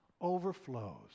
overflows